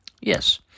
Yes